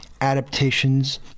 adaptations